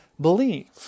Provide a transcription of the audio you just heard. believe